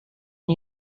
and